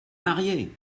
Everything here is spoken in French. mariée